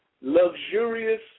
luxurious